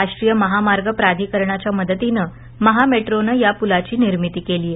राष्ट्रीय महामार्ग प्राधिकरणाच्या मदतीने महामेट्रोनं या पुलाची निर्मिती केलीय